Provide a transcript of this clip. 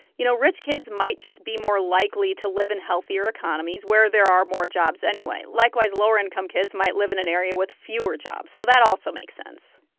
you know, rich kids might just be more likely to live in healthier economies where there are more jobs anyway. likewise, lower-income kids might live in an area with fewer jobs, so that also makes sense.